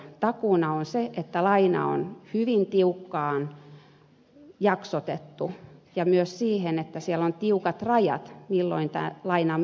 takuuna on se että laina on hyvin tiukkaan jaksotettu ja myös se että siellä on tiukat rajat milloin tämä laina myönnetään